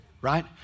Right